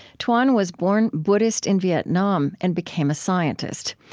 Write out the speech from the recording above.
thuan was born buddhist in vietnam and became a scientist.